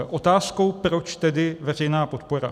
Otázkou, proč tedy veřejná podpora.